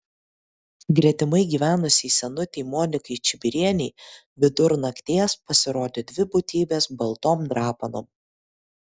gretimai gyvenusiai senutei monikai čibirienei vidur nakties pasirodė dvi būtybės baltom drapanom